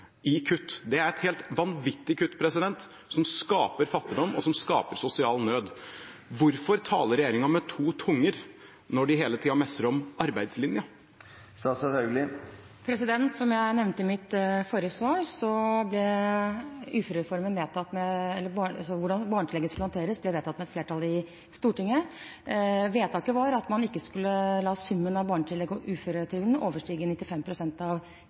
i kutt. Det er et helt vanvittig kutt som skaper fattigdom og sosial nød. Hvorfor taler regjeringen med to tunger når de hele tida messer om arbeidslinja? Som jeg nevnte i mitt forrige svar, ble måten barnetillegget skulle håndteres på, vedtatt med et flertall i Stortinget. Vedtaket var at man ikke skulle la summen av barnetillegg og uføretrygd overstige 95 pst. av